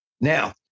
Now